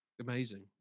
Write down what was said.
Amazing